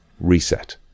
reset